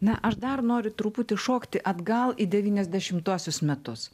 na aš dar noriu truputį šokti atgal į devyniasdešimtuosius metus